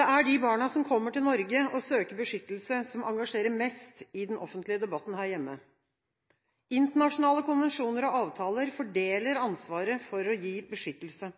Det er de barna som kommer til Norge og søker beskyttelse, som engasjerer mest i den offentlige debatten her hjemme. Internasjonale konvensjoner og avtaler fordeler ansvaret for å gi beskyttelse.